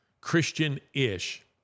Christian-ish